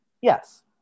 Yes